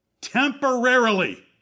temporarily